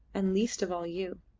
and least of all you.